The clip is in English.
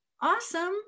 Awesome